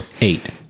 eight